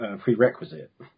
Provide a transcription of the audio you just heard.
prerequisite